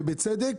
ובצדק,